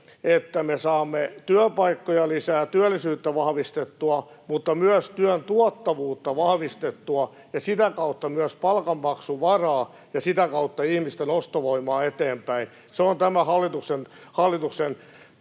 että me saamme työpaikkoja lisää, työllisyyttä vahvistettua mutta myös työn tuottavuutta vahvistettua ja sitä kautta myös palkanmaksuvaraa ja sitä kautta ihmisten ostovoimaa eteenpäin. Se on tämän hallituksen